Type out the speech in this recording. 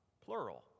plural